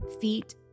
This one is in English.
feet